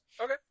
Okay